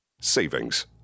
Savings